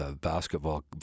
basketball